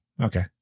Okay